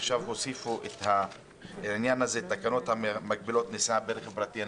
ועכשיו הוסיפו תקנות המגבילות נסיעה ברכב פרטי.